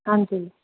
ਹਾਂਜੀ